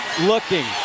looking